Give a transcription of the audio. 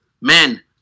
men